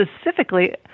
Specifically